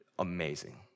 amazing